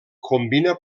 combina